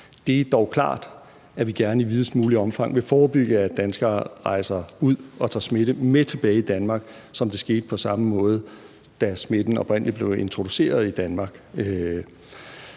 Det er dog klart, at vi gerne i videst muligt omfang vil forebygge, at danskere rejser ud og tager smitte med tilbage til Danmark på samme måde, som det skete, da smitten oprindelig blev introduceret i Danmark.